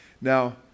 Now